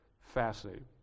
fascinating